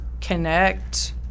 connect